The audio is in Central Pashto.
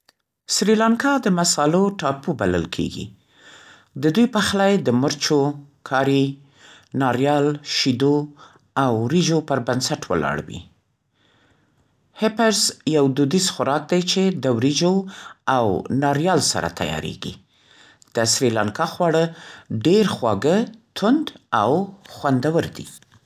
سریلانکا د مصالحو ټاپو بلل کېږي. د دوی پخلی د مرچو، کاری، ناریال شیدو او وريجو پر بنسټ ولاړ دی. «هپرز» یو دودیز خوراک دی، چې د وريجو او ناریال سره تیارېږي. د سریلانکا خواړه ډېر خواږه، تند او خوندور دي.